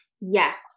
Yes